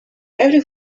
every